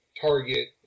target